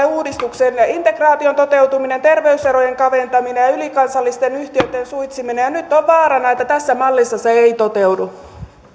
uudistukselle integraation toteutuminen terveyserojen kaventaminen ja ylikansallisten yhtiöitten suitsiminen ja nyt on vaarana että tässä mallissa ne eivät toteudu